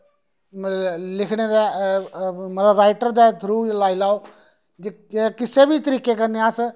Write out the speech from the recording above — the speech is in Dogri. मतलब लिखने दे राइटर दे थ्रू लाई लैओ जे किसै बी तरीकै कन्नै अस